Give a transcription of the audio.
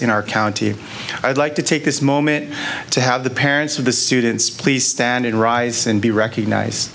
in our county i'd like to take this moment to have the parents of the students please stand and rise and be recognized